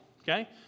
okay